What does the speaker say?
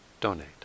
donate